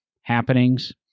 happenings